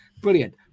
Brilliant